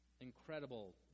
Incredible